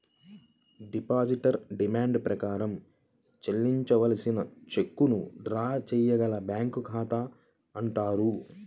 depositor demand ప్రకారం చెల్లించవలసిన చెక్కులను డ్రా చేయగల బ్యాంకు ఖాతా అంటారు